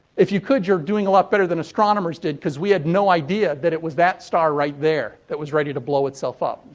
if you could, you're doing a lot better than astronomers did because we had no idea that it was that star right there that was ready to blow itself up.